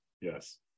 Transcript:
yes